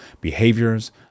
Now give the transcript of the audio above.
behaviors